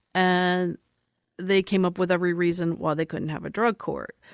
and they came up with every reason why they couldn't have a drug court.